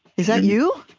is that you?